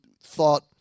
thought